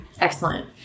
Excellent